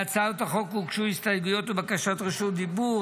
להצעת החוק הוגשו הסתייגויות ובקשות רשות דיבור.